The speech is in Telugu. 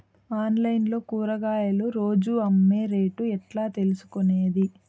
ఆన్లైన్ లో కూరగాయలు రోజు అమ్మే రేటు ఎట్లా తెలుసుకొనేది?